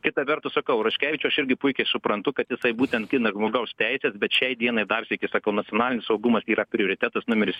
kita vertus sakau raskevičių aš irgi puikiai suprantu kad jisai būtent gina žmogaus teises bet šiai dienai dar sykį sakau nacionalinis saugumas yra prioritetas numeris